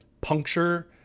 puncture